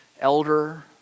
elder